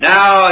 Now